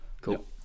Cool